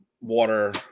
water